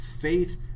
faith